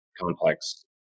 complex